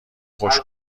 خوش